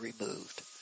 removed